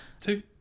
Two